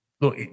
look